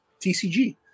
TCG